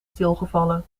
stilgevallen